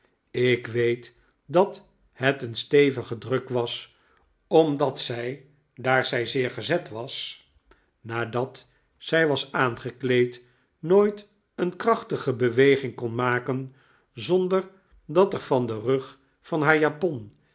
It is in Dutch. ik weet dat het een stevige druk was omdat zij daar zij zeergezet was nadat zij was aangekleed nooit een krachtige beweging kon maken zonder dat er van den rug van haar japon